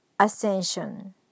ascension